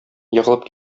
егылып